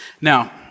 Now